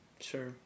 Sure